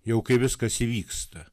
jau kai viskas įvyksta